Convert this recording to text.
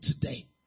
today